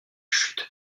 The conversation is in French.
chute